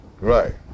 right